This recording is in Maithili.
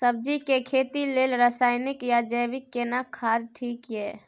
सब्जी के खेती लेल रसायनिक या जैविक केना खाद ठीक ये?